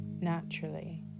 naturally